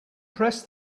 press